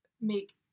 make